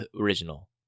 original